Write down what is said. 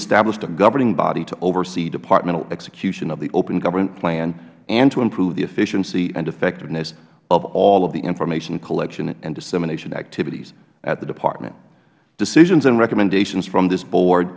established a governing body to oversee departmental execution of the open government plan and to improve the efficiency and effectiveness of all of the information collection and dissemination activities at the department decisions and recommendations from this board